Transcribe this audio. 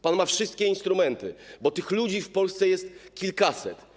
Pan ma wszystkie instrumenty, bo tych ludzi w Polsce jest kilkaset.